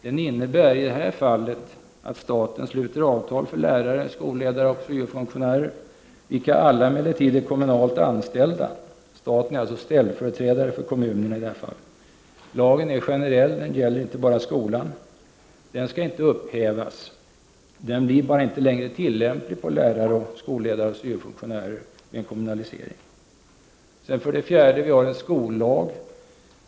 Den innebär i det här fallet att staten sluter avtal för lärare, skolledare och syo-funktionärer, vilka alla emellertid är kommunalt anställda. Staten är alltså ställföreträdare för kommunerna i de här fallen. Lagen är generell. Den gäller inte bara skolan. Den skall inte upphävas. Den blir bara inte längre tillämplig på lärare, skolledare och syo-funktionärer vid en kommunalisering. För det fjärde har vi en skollag.